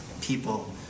people